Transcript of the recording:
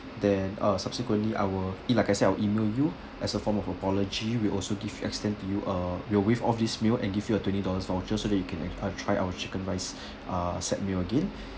then uh subsequently I will like I said I will email you as a form of apology we also give extend to you a we'll waive off this meal and give you a twenty dollars voucher so that you can ah try our chicken rice ah set meal again